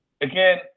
again